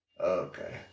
okay